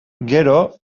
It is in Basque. gero